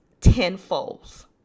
tenfold